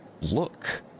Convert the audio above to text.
look